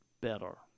better